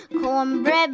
Cornbread